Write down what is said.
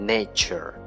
Nature